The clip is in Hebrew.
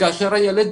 וכאשר הילד